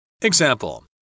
Example